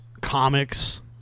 comics